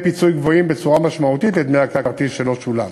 פיצוי גבוהים בצורה משמעותית מדמי הכרטיס שלא שולם.